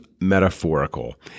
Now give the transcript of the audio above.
metaphorical